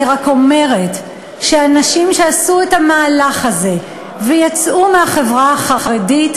אני רק אומרת שאנשים שעשו את המהלך הזה ויצאו מהחברה החרדית,